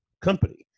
company